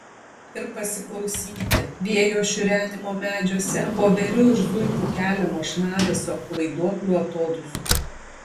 ir pasiklausyti vėjo šiurenimo medžiuose voverių ir zuikių keliamo šnaresio vaiduoklių atodūsių